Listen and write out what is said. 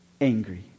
angry